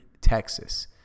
Texas